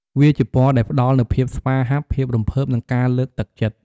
វាជាពណ៌ដែលផ្តល់នូវភាពស្វាហាប់ ភាពរំភើប និងការលើកទឹកចិត្ត។